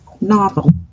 novel